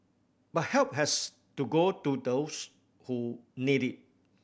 but help has to go to those who need it